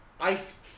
ice